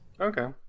Okay